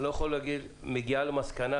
אני לא יכול להגיד שמגיעה למסקנה,